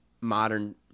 modern